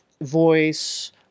voice